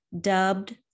dubbed